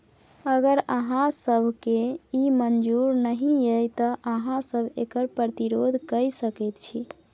अगर अहाँ सभकेँ ई मजूर नहि यै तँ अहाँ सभ एकर प्रतिरोध कए सकैत छी